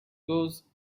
goes